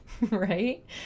right